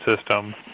system